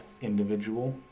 individual